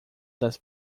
das